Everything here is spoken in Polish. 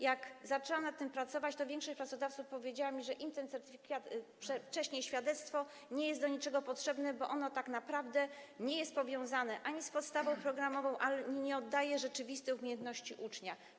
Jak zaczęłam nad tym pracować, to większość pracodawców powiedziała mi, że im ten certyfikat, wcześniej świadectwo, nie jest do niczego potrzebny, bo to tak naprawdę ani nie jest powiązane z podstawą programową, ani nie oddaje rzeczywistych umiejętności ucznia.